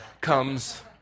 comes